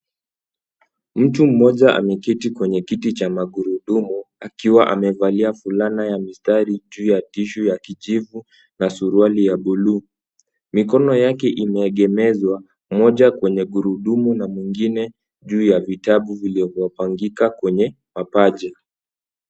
Mtu mmoja ameketi kwenye kiti cha magurudumu akiwa amevalia fulana ya mistari juu ya tishu ya kijivu na suruali ya buluu. mikono yake imeegemezwa moja kwenye gurudumu na mwingine juu ya vitabu vilivyopangika kwenye mapaja.